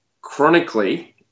chronically